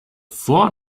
four